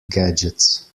gadgets